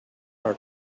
our